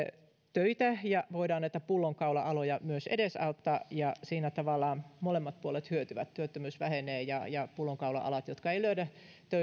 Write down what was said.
töitä ja voidaan näitä pullonkaula aloja myös edesauttaa siinä tavallaan molemmat puolet hyötyvät työttömyys vähenee ja ja pullonkaula alat jotka eivät löydä